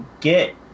get